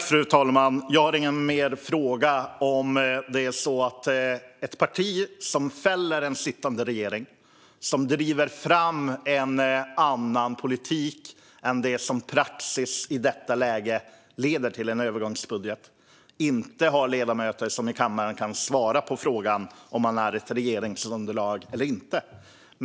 Fru talman! Jag har ingen ytterligare fråga men vill säga något. Här finns alltså ett parti som fäller en sittande regering och som driver fram en annan politik än den som enligt praxis i detta läge leder till en övergångsbudget, men detta parti har inte ledamöter som i kammaren kan svara på frågan om man är ett regeringsunderlag eller inte.